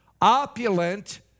opulent